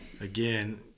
Again